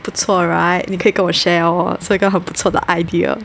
不错 right 你可以跟我 share orh 是一个很不错的 idea